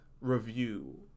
review